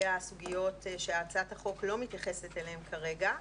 הסוגיות שהצעת החוק לא מתייחסת אליהן כרגע.